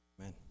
Amen